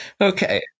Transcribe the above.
Okay